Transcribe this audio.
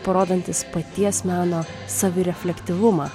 parodantis paties meno savireflektyvumą